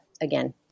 again